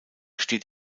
steht